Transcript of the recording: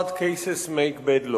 Hard cases make bad law,